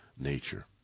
nature